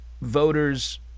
voters